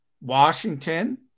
Washington